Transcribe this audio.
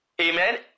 Amen